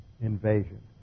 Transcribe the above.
invasion